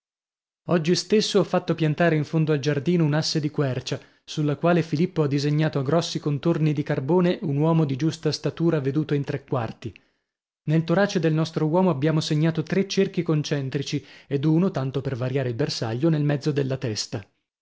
oggi stesso ho fatto piantare in fondo al giardino un'asse di quercia sulla quale filippo ha disegnato a grossi contorni di carbone un uomo di giusta statura veduto in tre quarti nel torace del nostro uomo abbiamo segnato tre cerchi concentrici ed uno tanto per variare il bersaglio nel mezzo della testa